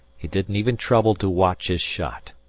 he didn't even trouble to watch his shot.